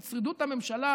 את שרידות הממשלה.